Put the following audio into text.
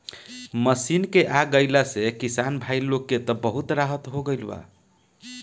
machine के आ गईला से किसान भाई लोग के त बहुत राहत हो गईल बा